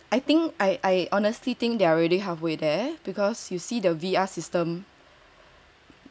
I think I think I I honestly think they're already halfway there because you see the V_R system